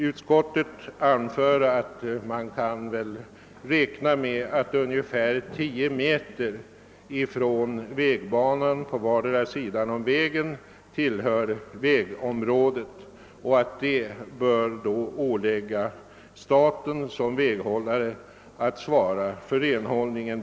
Utskottet anför att man kan räkna med att ungefär 10 m på vardera sidan av vägen tillhör vägområdet och att det bör åligga staten som väghållare att där svara för renhållningen.